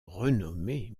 renommé